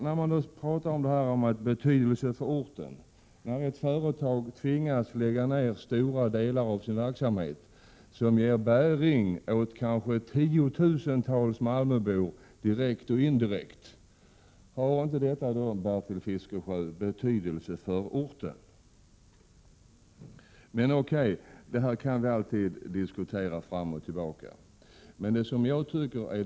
När ett företag i Malmö tvingas lägga ned stora delar av sin verksamhet som direkt och indirekt ger bärgning åt tiotusentals personer, har då inte detta betydelse för orten, Bertil Fiskesjö? Okej, det kan vi alltid diskutera fram och tillbaka.